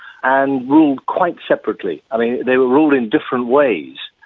and ruled quite separately. i mean, they were ruled in different ways.